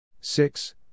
six